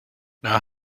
now